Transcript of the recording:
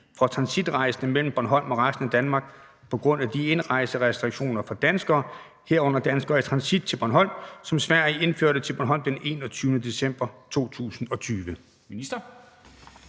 for transitrejsende mellem Bornholm og resten af Danmark på grund af de indrejserestriktioner for danskere, herunder danskere i transit til Bornholm, som Sverige indførte til Bornholm den 21. december 2020?